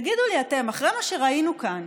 תגידו לי אתם, אחרי מה שראינו כאן